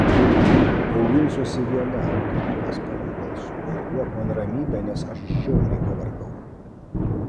auginsiuosi viena tariau bespalviu balsu ir duok man ramybę nes aš žiauriai pavargau